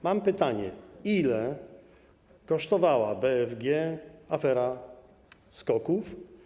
Mam pytanie: Ile kosztowała BFG afera SKOK-ów?